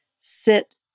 sit